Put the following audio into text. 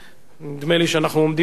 ונדמה לי שאנחנו עומדים במבחן.